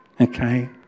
okay